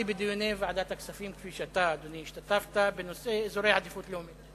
השתתפתי בדיוני ועדת הכספים בנושא אזורי העדיפות הלאומית,